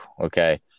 okay